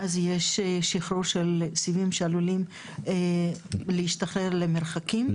אז יש שחרור של סיבים שעלולים להשתחרר למרחקים,